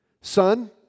son